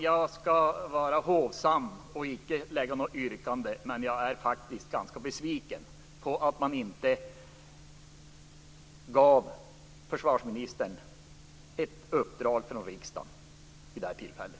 Jag skall vara hovsam och icke lägga något yrkande. Men jag är faktiskt ganska besviken över att försvarsministern inte gavs ett uppdrag från riksdagen vid det här tillfället.